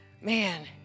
man